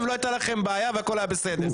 ולא הייתה לכם בעיה והכול היה בסדר.